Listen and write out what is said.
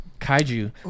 kaiju